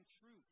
truth